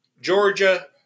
Georgia